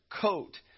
coat